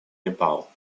nepal